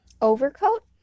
Overcoat